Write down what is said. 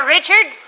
Richard